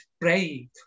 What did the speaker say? brave